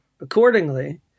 accordingly